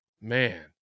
man